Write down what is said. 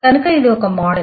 కనుక ఇది ఒక మోడల్